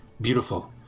Beautiful